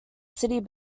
city